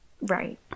Right